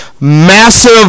massive